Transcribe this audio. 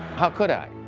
how could i?